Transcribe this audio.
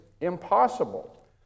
impossible